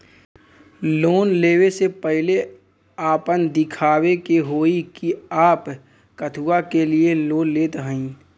Loan ले वे से पहिले आपन दिखावे के होई कि आप कथुआ के लिए लोन लेत हईन?